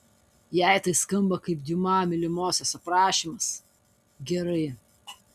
jei tai skamba kaip diuma mylimosios aprašymas gerai